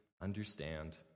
understand